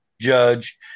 judge